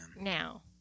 now